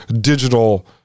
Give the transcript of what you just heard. digital